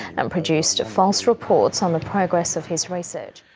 and produced false reports on the progress of his research.